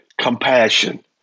compassion